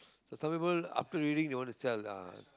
some people after reading they want to sell ah